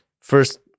first